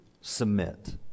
submit